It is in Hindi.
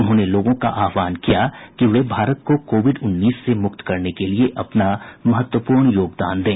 उन्होंने लोगों का आह्वान किया कि वे भारत को कोविड उन्नीस से मुक्त करने के लिए अपना महत्वपूर्ण योगदान दें